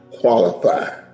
qualify